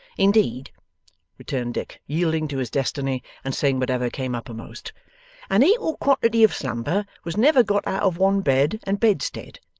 indeed returned dick, yielding to his destiny and saying whatever came uppermost an equal quantity of slumber was never got out of one bed and bedstead,